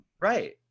Right